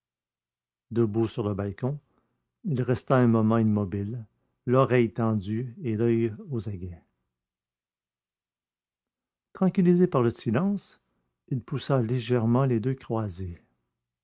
debout sur le balcon il resta un moment immobile l'oreille tendue et l'oeil aux aguets tranquillisé par le silence il poussa légèrement les deux croisées